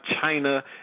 China